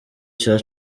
cya